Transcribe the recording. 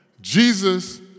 Jesus